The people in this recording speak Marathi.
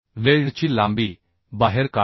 वेल्डची लांबी बाहेर काढा